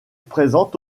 présente